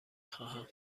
خواهم